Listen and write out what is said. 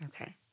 Okay